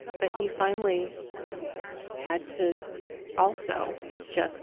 but he finally had to also just